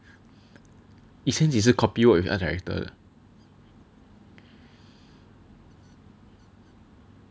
以前你是 copy word with other director 的